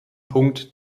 punkt